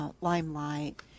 Limelight